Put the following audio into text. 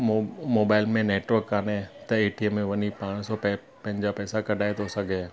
मो मोबाइल में नेटवर्क कोन्हे त ए टी एम में वञी पाण सां पे पंहिंजा पैसा कढाए थो सघे